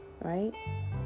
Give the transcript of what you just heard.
right